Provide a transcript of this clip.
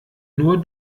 nur